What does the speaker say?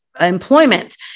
employment